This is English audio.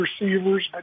receivers